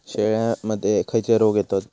शेळ्यामध्ये खैचे रोग येतत?